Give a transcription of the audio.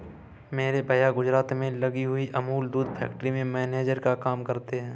मेरे भैया गुजरात में लगी हुई अमूल दूध फैक्ट्री में मैनेजर का काम करते हैं